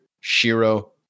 Shiro